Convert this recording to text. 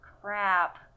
Crap